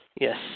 Yes